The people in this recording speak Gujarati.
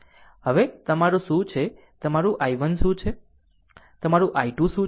હવે તમારું શું છે તમારું i1 શું છે અને તમારું i2 શું છે